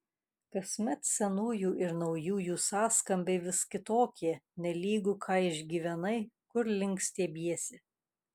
kasmet senųjų ir naujųjų sąskambiai vis kitokie nelygu ką išgyvenai kur link stiebiesi